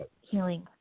healing